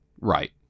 Right